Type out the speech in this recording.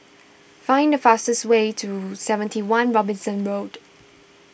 find the fastest way to seventy one Robinson Road